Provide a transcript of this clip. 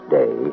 day